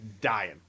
dying